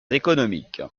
économiques